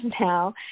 now